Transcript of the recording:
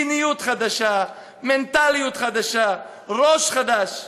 מדיניות חדשה, מנטליות חדשה, ראש חדש,